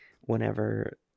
whenever